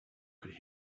could